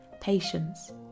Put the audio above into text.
patience